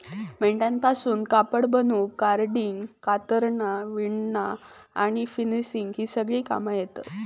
मेंढ्यांपासून कापड बनवूक कार्डिंग, कातरना, विणना आणि फिनिशिंग ही सगळी कामा येतत